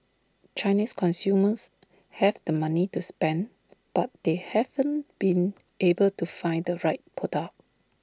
Chinese consumers have the money to spend but they haven't been able to find the right product